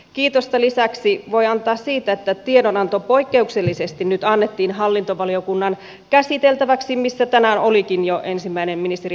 kiitosta lisäksi voi antaa siitä että tiedonanto poikkeuksellisesti nyt annettiin käsiteltäväksi hallintovaliokuntaan missä tänään olikin jo ensimmäinen ministeri virkkusen kuuleminen